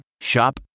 Shop